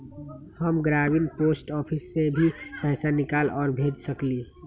हम ग्रामीण post office से भी पैसा निकाल और भेज सकेली?